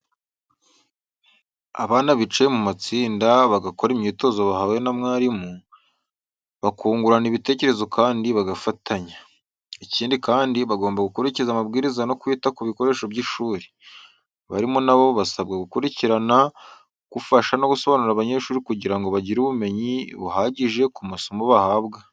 Abana bicaye mu matsinda, bagakora imyitozo bahawe na mwarimu, bakungurana ibitekerezo kandi bagafatanya. Ikindi kandi bagomba gukurikiza amabwiriza no kwita ku bikoresho by'ishuri. Abarimu na bo basabwa gukurikirana, gufasha no gusobanurira abanyeshuri kugira ngo bagire ubumenyi buhagije ku masomo bahabwa.